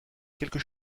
quelque